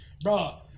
Bro